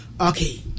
okay